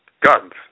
guns